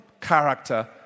character